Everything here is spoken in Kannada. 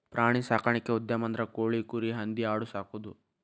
ಪ್ರಾಣಿ ಸಾಕಾಣಿಕಾ ಉದ್ಯಮ ಅಂದ್ರ ಕೋಳಿ, ಕುರಿ, ಹಂದಿ ಆಡು ಸಾಕುದು